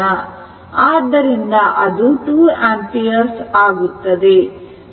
ಆದ್ದರಿಂದ ಅದು 2 ಆಂಪಿಯರ್ ಆಗುತ್ತದೆ